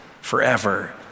forever